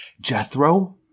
Jethro